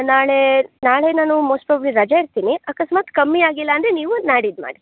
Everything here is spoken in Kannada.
ನಾಳೆ ನಾಳೆ ನಾನು ಮೋಸ್ಟ್ ಪ್ರಾಬಬ್ಲಿ ರಜ ಇರ್ತೀನಿ ಅಕಸ್ಮಾತ್ ಕಮ್ಮಿ ಆಗಿಲ್ಲ ಅಂದರೆ ನೀವು ನಾಡಿದ್ದು ಮಾಡಿ